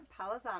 Palazzano